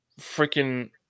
freaking